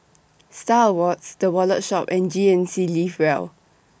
STAR Awards The Wallet Shop and G N C Live Well